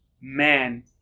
Man